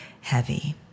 heavy